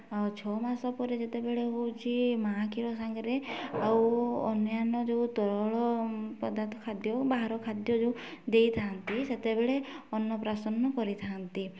ଆଉ ଛଅ ମାସ ପରେ ଯେତେବେଳେ ହେଉଛି ମାଁ କ୍ଷୀର ସାଙ୍ଗରେ ଆଉ ଅନ୍ୟାନ୍ୟ ଯେଉଁ ତରଳ ପଦାର୍ଥ ଖାଦ୍ୟ ଯେଉଁ ବାହାର ଖାଦ୍ୟ ଯେଉଁ ଦେଇଥାନ୍ତି ସେତେବେଳେ ଅନ୍ନପ୍ରଶାନ କରିଥାନ୍ତି